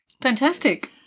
Fantastic